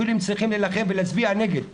אפילו אם צריכים להילחם ולהצביע נגד במליאה,